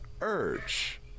urge